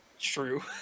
true